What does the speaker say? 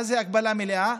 מה זה הגבלה מלאה?